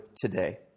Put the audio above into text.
today